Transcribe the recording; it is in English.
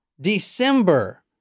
december